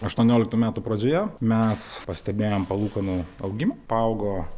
aštuonioliktų metų pradžioje mes pastebėjom palūkanų augimą paaugo